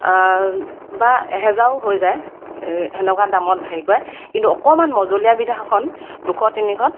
বা এহেজাৰো হৈ যায় এই সেনেকুৱা দামত হেৰি কৰে কিন্তু অকণমান মজলীয়া বিধৰখন দুশ তিনিশ